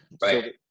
Right